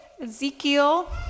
Ezekiel